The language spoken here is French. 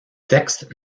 textes